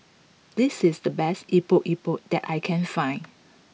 this is the best Epok Epok that I can find